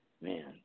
Man